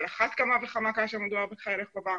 על אחת כמה וכמה כאשר מדובר בחיילי חובה,